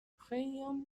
خیلیها